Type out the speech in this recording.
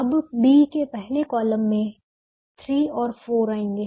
अब B के पहले कॉलम में 3 और 4 आएंगे